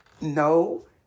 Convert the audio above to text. No